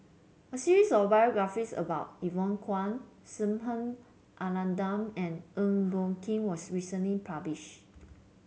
a series of biographies about Evon Kow Subha Anandan and Eng Boh Kee was recently published